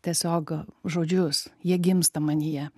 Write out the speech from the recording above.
tiesiog žodžius jie gimsta manyje